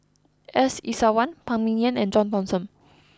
S Iswaran Phan Ming Yen and John Thomson